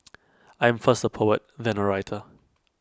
I am first A poet then A writer